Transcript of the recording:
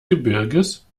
gebirges